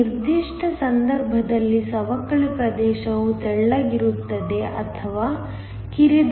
ಈ ನಿರ್ದಿಷ್ಟ ಸಂದರ್ಭದಲ್ಲಿ ಸವಕಳಿ ಪ್ರದೇಶವು ತೆಳ್ಳಗಿರುತ್ತದೆ ಅಥವಾ ಕಿರಿದಾಗಿರುತ್ತದೆ